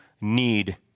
need